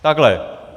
Takhle.